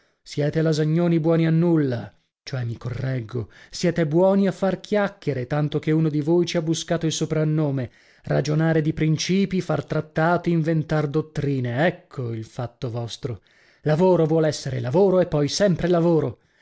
siete lasagnoni buoni a nulla cioè mi correggo siete buoni a far chiacchiere tanto che uno di voi ci ha buscato il soprannome ragionare di principii far trattati inventar dottrine ecco il fatto vostro lavoro vuol essere lavoro e poi sempre lavoro